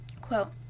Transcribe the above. quote